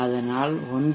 அதனால் 9